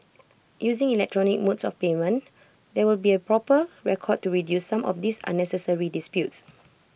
using electronic modes of payment there will be A proper record to reduce some of these unnecessary disputes